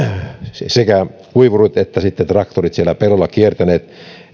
sekä kuivurit että traktorit ovat siellä pelloilla kiertäneet